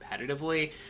competitively